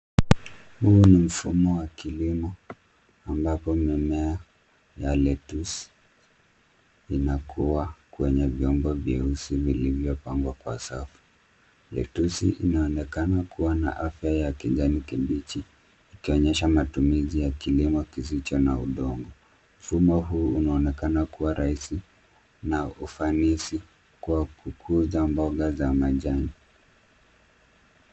Huu ni mfumo wa kilimo ambapo mimea ya lettuce inakuwa kwenye vyombo vyeusi vilivyopangwa kwa safu. Lettuce inaonekana kuwa na afya ya kijani kibichi ikionyesha matumizi ya kilimo kisicho na udongo. Mfumo huu unaonekana kuwa rahisi na ufanisi kwa kukuza mboga za majani.